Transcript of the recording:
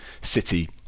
City